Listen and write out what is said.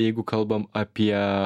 jeigu kalbam apie